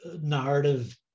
narrative